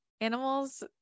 animals